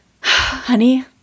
honey